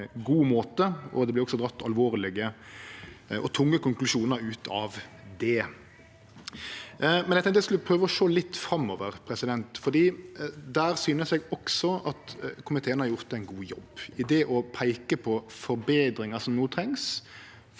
Det vert også dratt alvorlege og tunge konklusjonar ut av det. Eg tenkte eg skulle prøve å sjå litt framover, for der synest eg også at komiteen har gjort ein god jobb ved å peike på forbetringar som no trengst